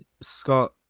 Scott